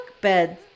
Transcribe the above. bed